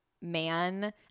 man